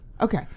Okay